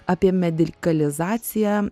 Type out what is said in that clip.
apie medikalizaciją